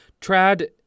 Trad